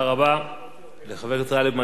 הדובר הבא, חבר הכנסת ג'מאל זחאלקה.